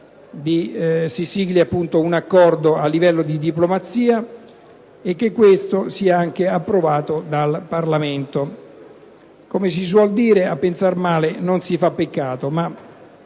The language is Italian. mesi si sigli un Accordo a livello di diplomazia e che questo sia anche approvato dal Parlamento. Come si suol dire, a pensar male non si fa peccato, ma